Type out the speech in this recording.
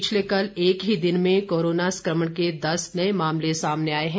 पिछले कल एक ही दिन में कोरोना संक्रमण के दस नए मामले सामने आए हैं